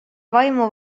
vaimu